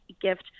gift